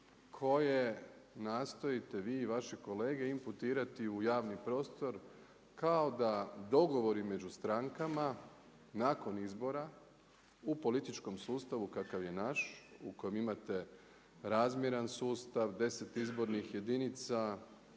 koje nastojite vi i vaše kolege imputirati u javni prostor, kao da dogovori među strankama, nakon izbora u političkom sustavu, kakav je naš u kojem imate, razmjeran sustav, deset izbornih jedinica